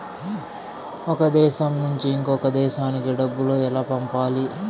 ఒక దేశం నుంచి ఇంకొక దేశానికి డబ్బులు ఎలా పంపాలి?